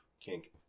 kink